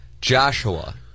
Joshua